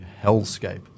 hellscape